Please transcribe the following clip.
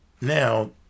Now